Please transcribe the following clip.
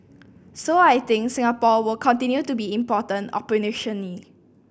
so I think Singapore will continue to be important operationally